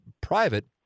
private